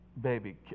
Baby